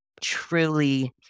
truly